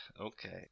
Okay